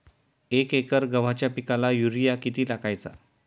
एक एकर गव्हाच्या पिकाला युरिया किती टाकायचा?